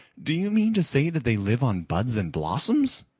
do you mean to say that they live on buds and blossoms?